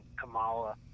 Kamala